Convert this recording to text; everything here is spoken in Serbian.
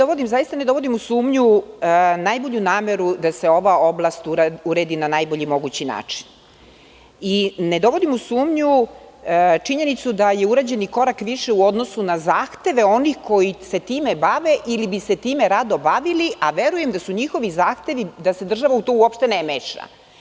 Ovde ne dovodim u sumnju najbolju nameru da se ova oblast uredi na najbolji mogući način i ne dovodim u sumnju činjenicu da je urađen i korak više u odnosu na zahteve onih koji se time bave ili bi se time rado bavili, a verujem da su njihovi zahtevi da se država u to uopšte ne meša.